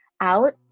out